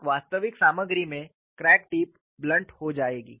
एक वास्तविक सामग्री में क्रैक टिप ब्लंट हो जाएगी